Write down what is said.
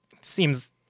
seems